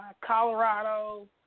Colorado